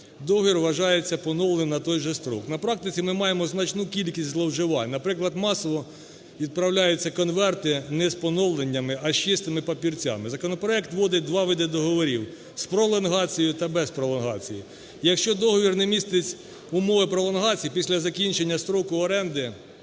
договір вважається поновленим на той же строк. На практиці ми маємо значну кількість зловживань, наприклад, масово відправляються конверти не з поновленнями, а з чистими папірцями. Законопроект вводить два види договорів: з пролонгацією та без пролонгації. Якщо договір не містить умов пролонгації, після закінчення строку оренди